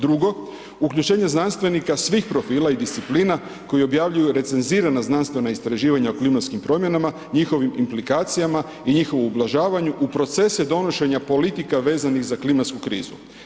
Drugo, uključenje znanstvenika svih profila i disciplina koji objavljuju recenzirana znanstvena istraživanja o klimatskim promjenama, njihovim implikacijama i njihovu ublažavanju u procese donošenje politika vezanih za klimatsku krizu.